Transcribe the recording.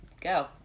go